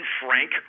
Frank